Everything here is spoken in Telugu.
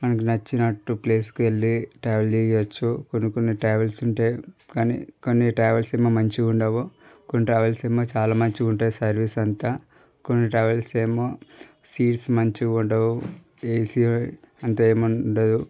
మనకు నచ్చినట్టు ప్లేస్కి వెళ్లి ట్రావెల్ చేయవచ్చు కొన్ని కొన్ని ట్రావెల్స్ ఉంటాయి కానీ కొన్ని ట్రావెల్స్ ఏమో మంచిగా ఉండవు కొన్ని రావాల్సిన చాలా మంచిగా ఉంటాయి సర్వీస్ అంతా కొన్ని ట్రావెల్స్ ఏమో సీట్స్ మంచిగా ఉండవు ఎసీ అంత ఏమి ఉండదు